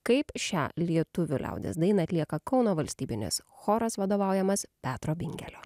kaip šią lietuvių liaudies dainą atlieka kauno valstybinis choras vadovaujamas petro bingelio